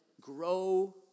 grow